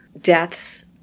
deaths